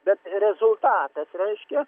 bet rezultatas reiškia